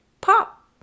pop